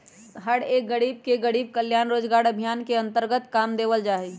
हर एक गरीब के गरीब कल्याण रोजगार अभियान के अन्तर्गत काम देवल जा हई